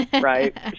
right